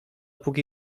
póki